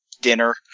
dinner